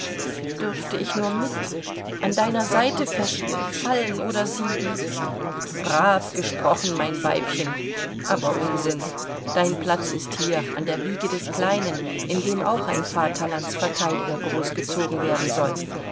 dürfte ich nur mit an deiner seite fechten fallen oder siegen brav gesprochen mein weibchen aber unsinn dein platz ist hier an der wiege des kleinen in dem auch ein vaterlandsverteidiger groß gezogen werden soll